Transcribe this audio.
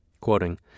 Quoting